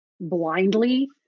blindly